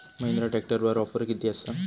महिंद्रा ट्रॅकटरवर ऑफर किती आसा?